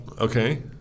Okay